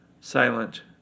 silent